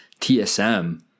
TSM